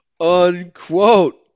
unquote